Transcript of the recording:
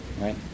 right